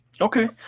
Okay